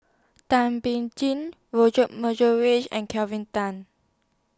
Thum Ping Tjin Reith and Kelvin Tan